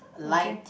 okay